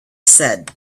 said